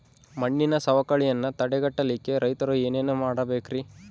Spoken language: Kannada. ಮಣ್ಣಿನ ಸವಕಳಿಯನ್ನ ತಡೆಗಟ್ಟಲಿಕ್ಕೆ ರೈತರು ಏನೇನು ಮಾಡಬೇಕರಿ?